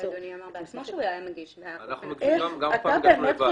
אנחנו הגשנו כמה פעמים לבד.